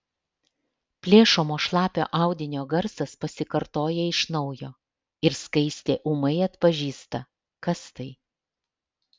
plėšomo šlapio audinio garsas pasikartoja iš naujo ir skaistė ūmai atpažįsta kas tai